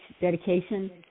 dedication